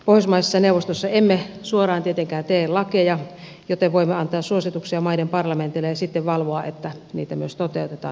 pohjoismaisessa neuvostossa emme suoraan tietenkään tee lakeja joten voimme antaa suosituksia maiden parlamenteille ja sitten valvoa että niitä myös toteutetaan